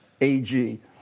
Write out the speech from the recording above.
AG